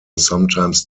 sometimes